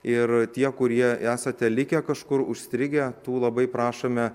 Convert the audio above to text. ir tie kurie esate likę kažkur užstrigę tų labai prašome